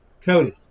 Cody